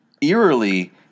eerily